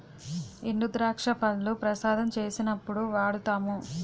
ఎండుద్రాక్ష పళ్లు ప్రసాదం చేసినప్పుడు వాడుతాము